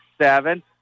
seven